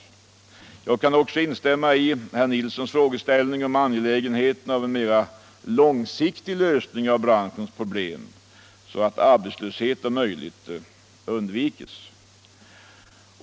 Likaså kan jag instämma med herr Nilsson när han talar om angelägenheten av en mera långsiktig lösning av branschens problem, så att arbetslöshet om möjligt undviks.